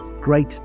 great